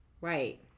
Right